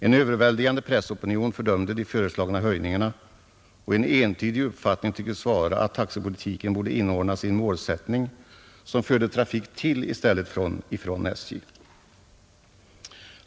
En överväldigande pressopinion fördömde de föreslagna höjningarna och en entydig uppfattning tycktes vara att taxepolitiken borde inordnas i en målsättning som förde trafik till i stället för från SJ.